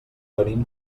venim